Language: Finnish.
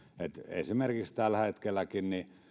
esimerkiksi tällä hetkelläkin